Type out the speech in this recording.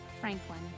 Franklin